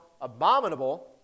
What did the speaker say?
abominable